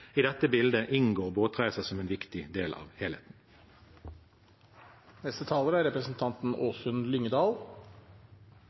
I dette bildet inngår båtreiser som en viktig del av